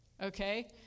Okay